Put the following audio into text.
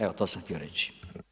Evo, to sam htio reći.